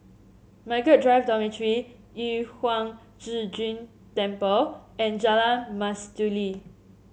Mmargaret Drive Dormitory Yu Huang Zhi Zun Temple and Jalan Mastuli